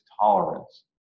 tolerance